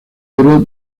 oro